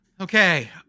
Okay